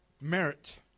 merit